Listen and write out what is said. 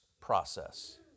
process